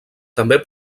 també